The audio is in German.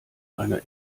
einer